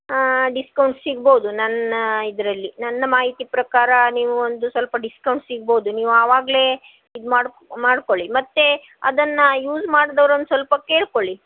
discount ಸಿಗ್ಬೋದು ನನ್ನ ಇದರಲ್ಲಿ ನನ್ನ ಮಾಹಿತಿ ಪ್ರಕಾರ ನೀವು ಒಂದು ಸ್ವಲ್ಪ ಡಿಸ್ಕೌಂಟ್ ಸಿಗ್ಬೋದು ನೀವು ಆವಾಗಲೆ ಇದು ಮಾಡಿ ಮಾಡಿಕೊಳ್ಳಿ ಮತ್ತೆ ಅದನ್ನು ಯೂಸ್ ಮಾಡ್ದವ್ರನ್ನು ಸ್ವಲ್ಪ ಕೇಳಿಕೊಳ್ಳಿ